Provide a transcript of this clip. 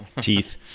teeth